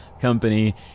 company